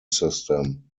system